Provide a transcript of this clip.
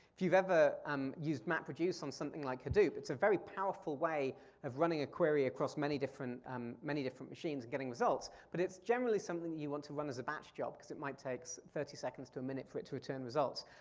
if you've ever um used map-reduce on something like hadoop, it's a very powerful way of running a query across many different um many different machines and getting results. but it's generally something that you want to run as a batch job cause it might take so thirty seconds to a minute for it to return results.